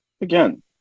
Again